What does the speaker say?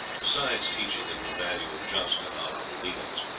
besides teaching them the value of just and honorable dealings.